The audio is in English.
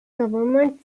government